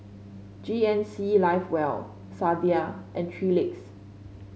G N C Live Well Sadia and Three Legs